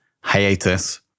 hiatus